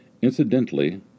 Incidentally